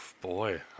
Boy